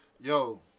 Yo